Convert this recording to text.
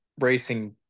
racing